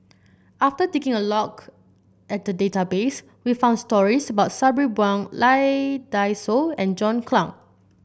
after taking a look at the database we found stories about Sabri Buang Lee Dai Soh and John Clang